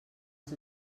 els